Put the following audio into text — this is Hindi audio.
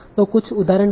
तो कुछ उदाहरण क्या हैं